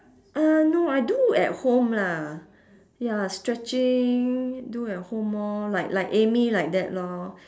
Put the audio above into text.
uh no I do at home lah ya stretching do at home orh like like amy like that lor